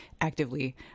actively